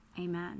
Amen